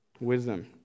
Wisdom